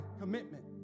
commitment